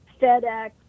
FedEx